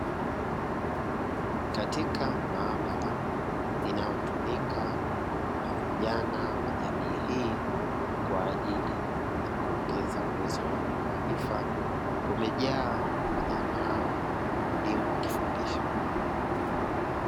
Katika maabara inayotumika na vijana wa jamii hii, kwa ajili ya kuongeza uwezo wao na maarifa kumejaa vijana hawa, huku mwalimu akifundisha.